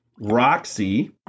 Roxy